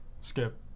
Skip